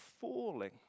falling